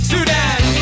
Sudan